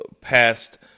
past